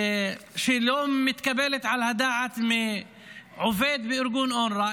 שהיא לא מתקבלת על הדעת מעובד בארגון אונר"א,